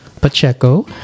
Pacheco